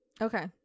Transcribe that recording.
Okay